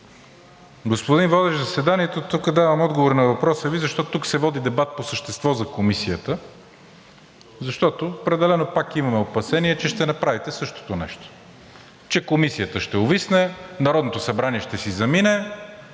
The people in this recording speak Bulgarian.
Господин водещ заседанието, тук давам отговор на въпроса Ви защо тук се води дебат по същество за Комисията? Защото определено пак имаме опасения, че ще направите същото нещо – че Комисията ще увисне, Народното събрание ще си замине